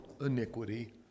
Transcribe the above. iniquity